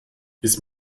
ist